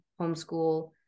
homeschool